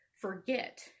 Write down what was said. forget